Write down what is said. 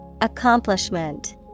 Accomplishment